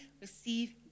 receive